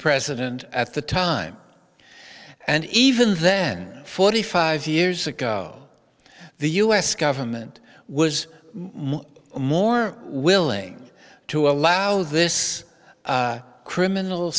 president at the time and even then forty five years ago the u s government was much more willing to allow this criminal